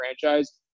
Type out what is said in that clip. franchise